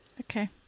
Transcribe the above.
Okay